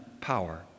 power